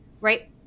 right